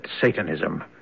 Satanism